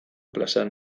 plazan